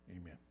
Amen